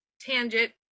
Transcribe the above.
Tangent